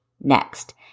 next